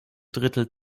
drittel